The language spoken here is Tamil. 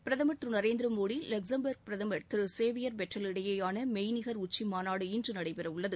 பிரதமர் திரு நரேந்திர மோடி லக்ஸம்பர்க் பிரதமர் திரு சேவியர் பெட்டல் இடையிலான மெய்நிகர் உச்சிமாநாடு இன்று நடைபெறவுள்ளது